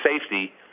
safety